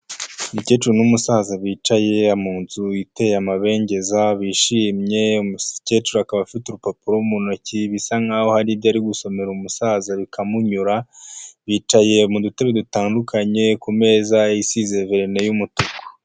Umukecuru n'umusaza bicaye mu nzu iteye amabengeza bishimye, umukecuru akaba afite urupapuro mu ntoki bisa nkaho hari ibyo ari gusomera umusaza bikamunyura, bicaye mu dutebe dutandukanye ku meza isize verine y'umutuku.